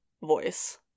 voice